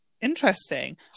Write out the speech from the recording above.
Interesting